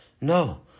No